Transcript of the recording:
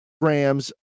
grams